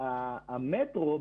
המטרו,